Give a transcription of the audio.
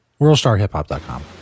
WorldStarHipHop.com